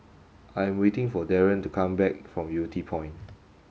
I'm waiting for Darin to come back from Yew Tee Point